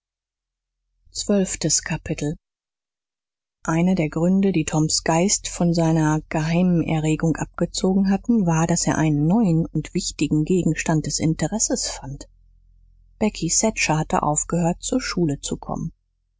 zwölftes kapitel einer der gründe die toms geist von seiner geheimen erregung abgezogen hatten war daß er einen neuen und wichtigen gegenstand des interesses fand becky thatcher hatte aufgehört zur schule zu kommen